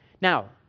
Now